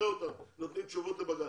נראה ואתם נותנים תשובות לבג"צ.